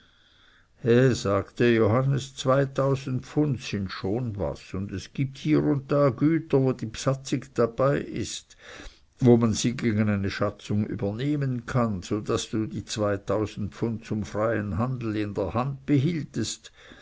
he sagte johannes zweitausend pfund sind schon was und es gibt hier und da güter wo die bsatzig dabei ist wo man sie gegen eine schatzung übernehmen kann so daß du die zweitausend pfund zum freien handel in der hand behieltest